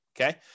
okay